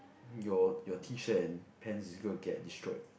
your your T-shirt and pants is going to get destroyed